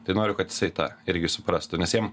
tai noriu kad jisai tą irgi suprastų nes jam